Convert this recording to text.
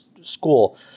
school